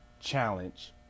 Challenge